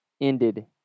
ended